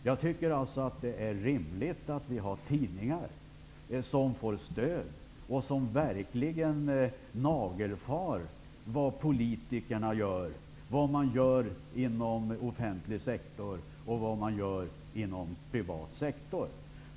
Jag anser att det är rimligt att vi har tidningar som får stöd och som verkligen nagelfar vad politikerna gör, vad som görs inom offentlig sektor och vad som görs inom privat sektor.